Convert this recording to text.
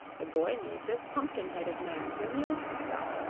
the boy made this pumpkin-headed man to amuse himself,